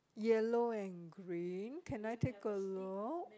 yellow and green can I take a look